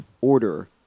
order